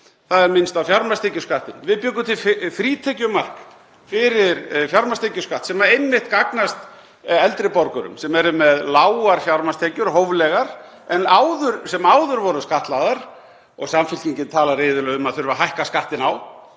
Það er minnst á fjármagnstekjuskattinn. Við bjuggum til frítekjumark fyrir fjármagnstekjuskatt sem einmitt gagnast eldri borgurum sem eru með lágar fjármagnstekjur og hóflegar, sem áður voru skattlagðar og Samfylkingin talar iðulega um að þurfi að hækka skattinn á,